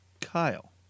Kyle